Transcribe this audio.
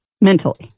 mentally